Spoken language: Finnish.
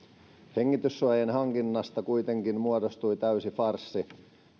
hengityssuojien hankinnasta kuitenkin muodostui täysi farssi